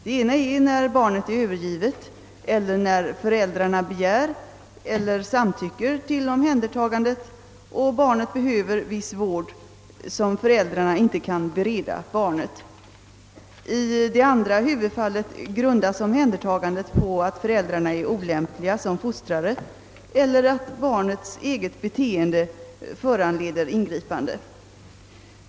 Det ena är när barnet är övergivet eller när föräldrarna begär eller'samtycker till omhändertagandet och bar net behöver viss vård, som föräldrarna inte kan bereda barnet. I det andra huvudfallet grundas omhändertagandet på att föräldrarna är olämpliga som fostrare eller att barnets eget beteende föranleder ingripande.